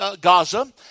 Gaza